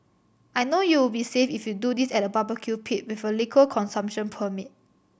I know you'll be safe if you do this at a barbecue pit with a liquor consumption permit